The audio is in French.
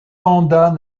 mandats